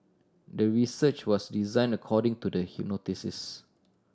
the research was designed according to the